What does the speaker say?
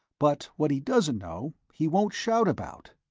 but what he doesn't know, he won't shout about.